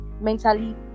mentally